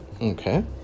Okay